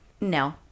no